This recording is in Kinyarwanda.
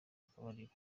akabariro